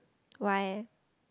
why